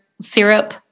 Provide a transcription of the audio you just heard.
syrup